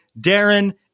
Darren